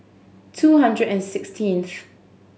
two hundred and sixteenth